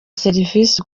serivisi